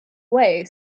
way